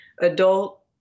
adult